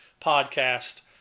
podcast